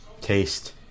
Taste